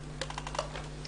שנתקבלה לפני 20 שנה.